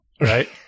right